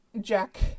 Jack